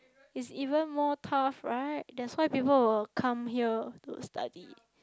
is even more tough right that's why people will come here to study